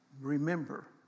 remember